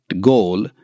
goal